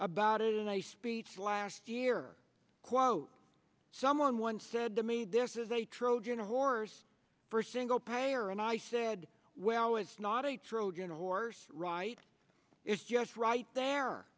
about it in a speech last year quote someone once said to me this is a trojan horse for single payer and i said well it's not a trojan horse right it's just right there